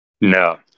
No